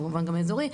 כמובן גם האזורי,